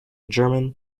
german